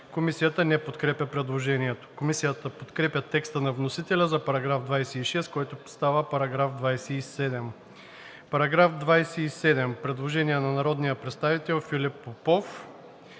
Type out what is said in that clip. Комисията не подкрепя предложението. Комисията подкрепя текста на вносителя за § 26, който става § 27. По § 27 има предложение на народния представител Филип Попов.